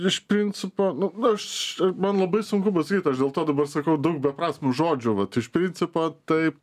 iš principo nu nu aš man labai sunku pasakyt aš dėl to dabar sakau daug beprasmių žodžių vat iš principo tai